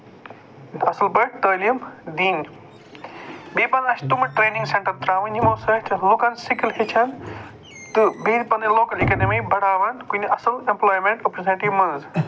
اَصٕل پٲٹھۍ تعلیٖم دِنۍ بیٚیہِ پَزَن اَسہِ تِم ٹرینِنٛگ سینٹر ترٛاوٕنۍ یمَو سۭتۍ أسۍ لُکَن سِکِل ہیچھَن تہٕ بیٚیہِ پَنٕنۍ لوکَل اٮ۪کیڈمی بَڈاوَن کُنہِ اَصٕل ایمپولامٮ۪نٛٹ لوکَل سوسایٹی منٛز